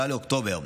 7 באוקטובר,